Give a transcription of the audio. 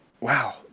Wow